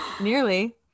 nearly